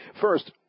First